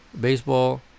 baseball